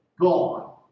gone